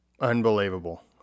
Unbelievable